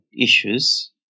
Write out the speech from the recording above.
issues